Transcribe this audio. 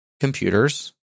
computers